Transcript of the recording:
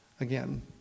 Again